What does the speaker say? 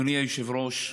אדוני היושב-ראש,